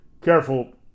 careful